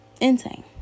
insane